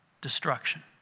destruction